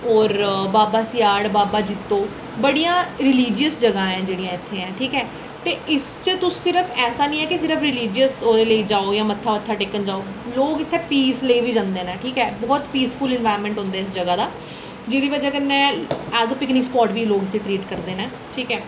और बाबा सेआढ़ बाबा जित्तो बड़ियां रिलिजियस जगह्ं न जेह्ड़ियां इत्थै हैन ठीक ऐ ते इस च तुस सिर्फ ऐसा निं ऐ कि सिर्फ रिलिजियस ओह्दे लेई जाओ जां मत्था वत्था टेकन जाओ लोक इत्थै पीस लेई बी जंदे न ठीक ऐ बहुत पीसफुल इनवॉयरनमैंट होंदा इस जगह् दा जेह्दी वजह् कन्नै ऐज ए पिकनिक स्पाट बी लोक इसी ट्रीट करदे न ठीक ऐ